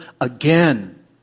again